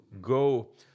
go